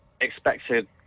expected